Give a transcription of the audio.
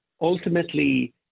ultimately